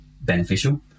beneficial